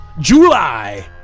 July